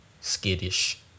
skittish